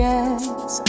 Yes